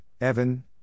Evan